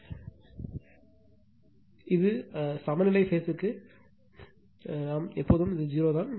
எனவே என்ன நடக்கும் இது உண்மையில் சமநிலை பேஸ்த்திற்கு இது நாம் அழைப்பது இதேபோல் எப்போதும் 0 தான்